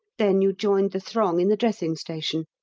then you joined the throng in the dressing-station,